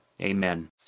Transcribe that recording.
amen